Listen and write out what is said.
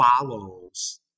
follows